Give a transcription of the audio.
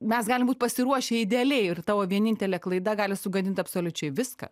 mes galim būt pasiruošę idealiai ir tavo vienintelė klaida gali sugadint absoliučiai viską